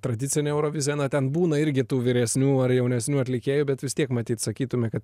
tradicinė eurovizija na ten būna irgi tų vyresnių ar jaunesnių atlikėjų bet vis tiek matyt sakytume kad